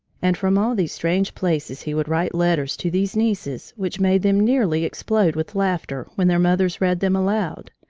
and from all these strange places he would write letters to these nieces which made them nearly explode with laughter when their mothers read them aloud.